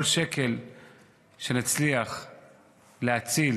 כל שקל שנצליח להציל